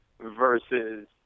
versus